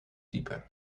type